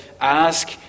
Ask